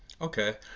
Okay